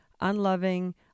unloving